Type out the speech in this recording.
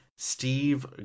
Steve